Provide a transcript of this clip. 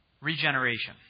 regeneration